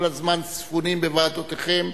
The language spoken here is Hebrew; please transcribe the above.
כל הזמן ספונים בוועדותיכם,